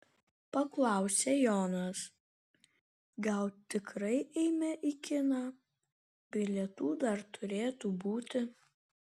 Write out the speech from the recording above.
paklausė jonas gal tikrai eime į kiną bilietų dar turėtų būti